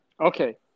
Okay